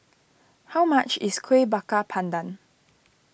how much is Kueh Bakar Pandan